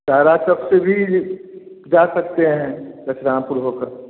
भाड़ा तो अब सभी जा सकते हैं बस रामपुर होकर